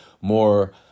more